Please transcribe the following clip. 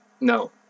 No